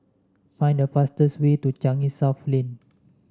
find the fastest way to Changi South Lane